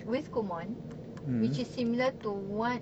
with Kumon which is similar to what